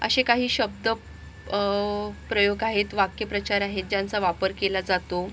असे काही शब्द प्रयोग आहेत वाक्यप्रचार आहेत ज्यांचा वापर केला जातो